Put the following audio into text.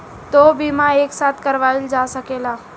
दो बीमा एक साथ करवाईल जा सकेला?